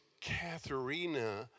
Catherine